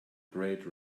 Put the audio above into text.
great